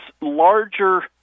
larger